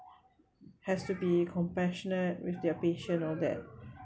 has to be compassionate with their patient all that